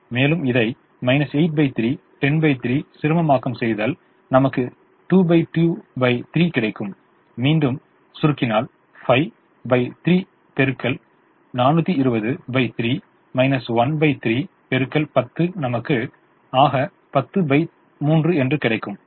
மேலும் இதை 8 3 103 சிறுமமாக்கம் செய்தால் நமக்கு என்பது 22 3 கிடைக்கும் மீண்டும் சுரிக்கினால் 5 3 1 நமக்கு 103 என்று கிடைக்கும்